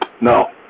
No